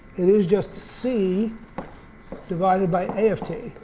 it is just c divided by a of t,